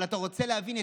אבל אתה רוצה להבין.